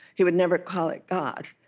he would never call it god.